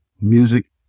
music